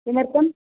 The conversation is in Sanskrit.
किमर्थम्